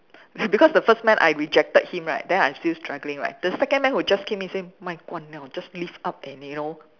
because the first man I rejected him right then I still struggling right the second man who just came in say just lift up and you know